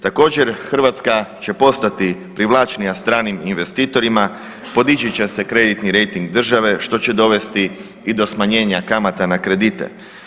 Također Hrvatska će postati privlačnija stranim investitorima, podići će se kreditni rejting države što će dovesti i do smanjenja kamata na kredite.